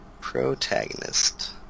Protagonist